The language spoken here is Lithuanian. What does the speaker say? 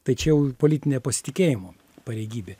tai čia jau politinė pasitikėjimo pareigybė